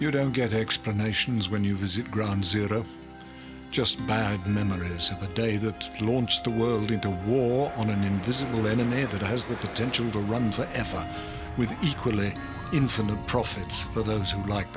you don't get explanations when you visit ground zero just bad memories of the day that launched the world into war on an invisible enemy that has the potential to run for ever with equally in from the profits for those who